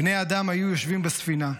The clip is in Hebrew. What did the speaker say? בני אדם היו יושבים בספינה,